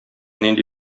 нинди